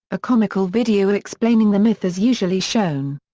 a comical video explaining the myth is usually shown.